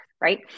Right